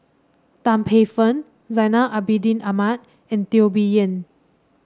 Tan Paey Fern Zainal Abidin Ahmad and Teo Bee Yen